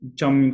trong